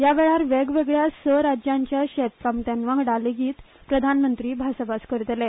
यावेळार वेगवेगळ्या स राज्यांच्या शेतकामत्यावांगडा लेगीत प्रधानमंत्री भासाभास करतले